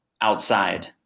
outside